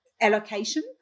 allocation